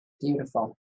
Beautiful